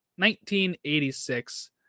1986